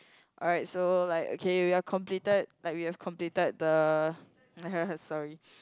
alright so like okay we are completed like we have completed the sorry